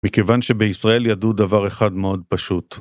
מכיוון שבישראל ידעו דבר אחד מאוד פשוט